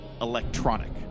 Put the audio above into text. electronic